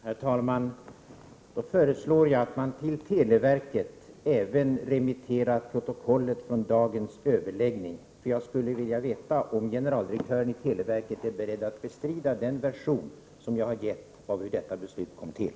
Herr talman! Då föreslår jag att man till televerket även remitterar protokollet från dagens överläggning. Jag skulle nämligen vilja veta om generaldirektören i televerket är beredd att bestrida den version som jag har givit av hur detta beslut kom till.